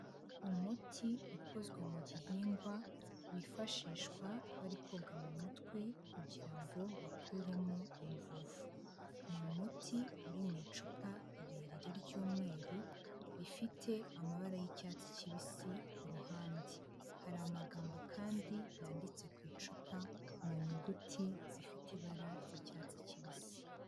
Umuti ukozwe mu gihingwa wifashishwa bari koga mu mutwe, kugirango bakuremo imvuvu. Ni umuti uri mu icupa rirerire ry'umweru, rifite amabara y'icyatsi kibisi ku ruhande. Hari amagambo kandi yanditse ku icupa mu nyuguti zifite ibara ry'icyatsi kibisi.